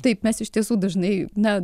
taip mes iš tiesų dažnai na